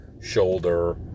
shoulder